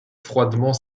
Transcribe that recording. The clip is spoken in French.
froidement